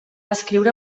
escriure